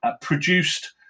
produced